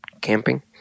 Camping